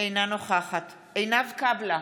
אינה נוכחת עינב קאבלה,